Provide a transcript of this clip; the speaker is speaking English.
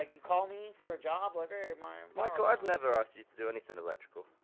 ah you call me? for a job? like hey, my ah. michael, i've never asked you to do anything electrical